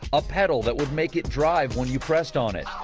a peddle that would make it drive when you pressed on it,